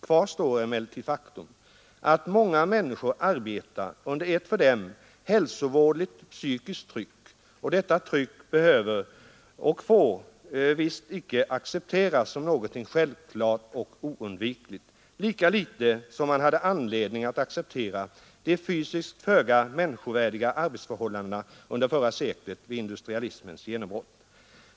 Kvar står emellertid faktum, att många människor arbetar under ett för dem hälsovådligt psykiskt tryck, och detta tryck behöver och får visst icke accepteras som någonting självklart och oundvikligt, lika litet som man hade anledning att acceptera de fysiskt föga människovärdiga arbetsförhållandena under förra seklet vid industrialismens genombrott.